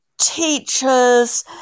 teachers